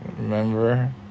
remember